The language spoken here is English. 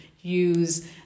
use